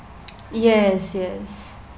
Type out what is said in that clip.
yes yes